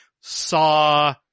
saw